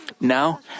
Now